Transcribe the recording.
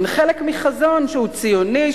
הן חלק מחזון שהוא ציוני,